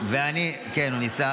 מה הוא אמר?